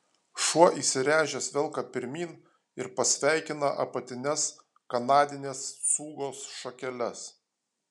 šuo įsiręžęs velka pirmyn ir pasveikina apatines kanadinės cūgos šakeles